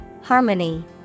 Harmony